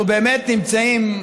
אנחנו באמת נמצאים,